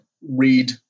read